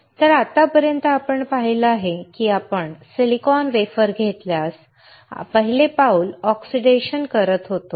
तर आत्तापर्यंत आपण पाहिलं आहे की आपण सिलिकॉन वेफर घेतल्यास आपण पहिले पाऊल ऑक्सिडेशन करत होतो